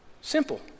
Simple